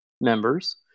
members